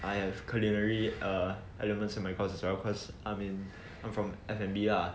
I have culinary err elements in my course as well cause I in I'm from F&B lah